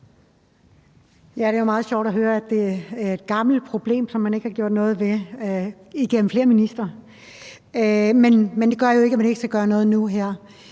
meget sjovt at høre, at det er et gammelt problem, som man ikke har gjort noget ved under flere ministre, men det gør jo ikke, at man ikke skal gøre noget nu